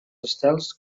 estels